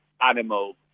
animal